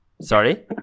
Sorry